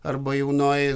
arba jaunoji